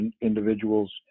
individuals